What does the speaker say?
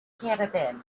caravan